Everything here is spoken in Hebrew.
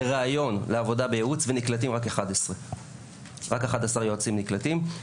לראיון לעבודה בייעוץ ונקלטים רק 11 יועצים נקלטים,